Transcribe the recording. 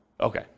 Okay